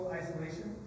isolation